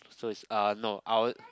so is uh no I would